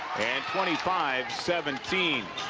and twenty five seventeen